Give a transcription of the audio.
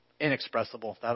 inexpressible